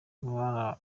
abari